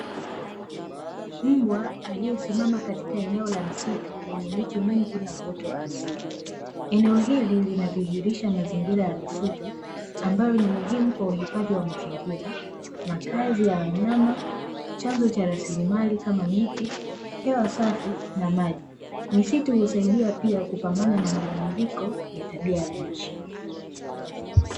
Mbwa aliyesimama katika eneo la msitu lenye miti mingi na uoto wa asili, eneo hili linadhihirisha mazingira ya misitu ambayo ni muhimu kwa uhifadhi wa mazingira, makazi ya wanyama, chanzo cha rasilimali kama: miti, hewa safi na maji, misitu husaidia pia kupambana na mabadiliko ya tabia ya nchi.